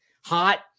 Hot